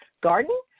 garden